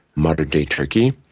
modern-day turkey.